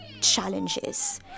challenges